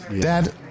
Dad